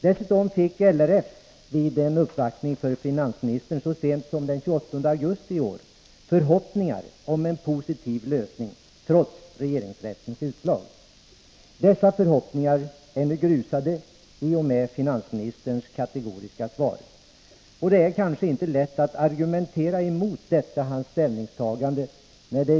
Dessutom fick LRF vid en uppvaktning hos finansministern så sent som den 28 augusti i år förhoppningar om en positiv lösning trots regeringsrättens utslag. Dessa förhoppningar är nu grusade i och med finansministerns kategoriska svar. Det är kanske inte så lätt att argumentera emot detta hans ställningstagande.